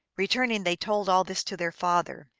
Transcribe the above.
returning, they told all this to their father,